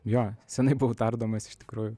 jo senai buvau tardomas iš tikrųjų